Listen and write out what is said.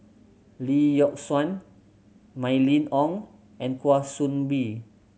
Lee Yock Suan Mylene Ong and Kwa Soon Bee